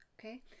Okay